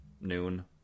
noon